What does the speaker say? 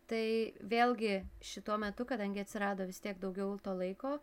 tai vėlgi šituo metu kadangi atsirado vis tiek daugiau to laiko